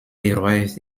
arrived